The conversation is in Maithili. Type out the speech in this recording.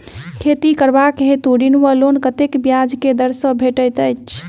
खेती करबाक हेतु ऋण वा लोन कतेक ब्याज केँ दर सँ भेटैत अछि?